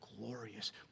glorious